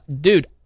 Dude